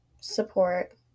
support